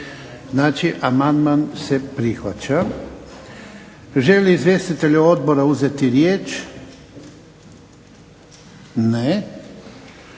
Znači amandman se prihvaća. Želi li izvjestitelj odbora uzeti riječ? Ne.